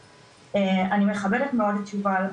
אני מכבדת מאוד את יובל לנדשפט,